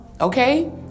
Okay